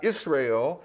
Israel